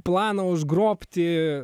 plano užgrobti